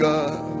God